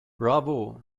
bravo